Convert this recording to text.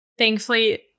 Thankfully